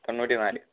തൊണ്ണൂറ്റിനാല്